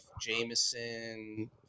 Jameson